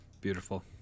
Beautiful